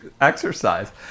exercise